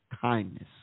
kindness